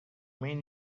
mean